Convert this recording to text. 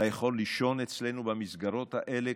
אתה יכול לישון אצלנו במסגרות האלה,